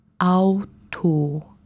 Auto